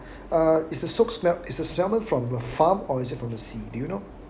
uh it's the smoked sal~ is the salmon from the farm or is it from the sea do you know